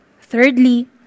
thirdly